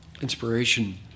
inspiration